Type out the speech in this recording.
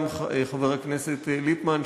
גם לחבר הכנסת ליפמן,